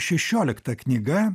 šešiolikta knyga